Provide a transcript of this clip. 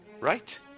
Right